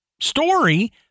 story